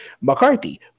McCarthy